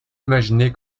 imaginer